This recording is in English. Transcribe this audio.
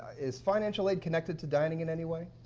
is financial aid connected to dining in any way?